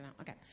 okay